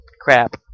crap